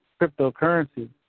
cryptocurrency